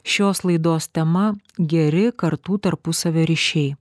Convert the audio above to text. šios laidos tema geri kartų tarpusavio ryšiai